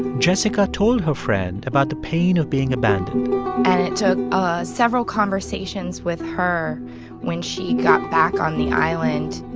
jessica told her friend about the pain of being abandoned and it took ah several conversations with her when she got back on the island,